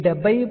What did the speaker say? కాబట్టి ఈ 70